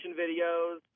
videos